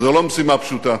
זו לא משימה פשוטה,